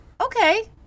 Okay